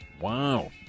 Wow